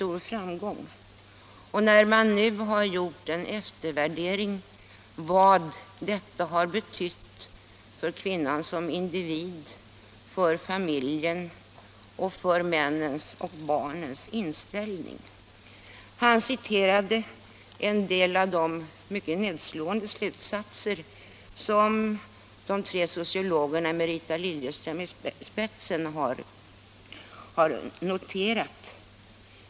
Ur den eftervärdering som gjorts av vad detta projekt betytt för kvinnorna som individer, för familjen och för männens och barnens inställning citerade han en del av de mycket nedslående slutsatser, som de tre sociologerna med Rita Liljeström i spetsen har noterat.